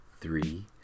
Three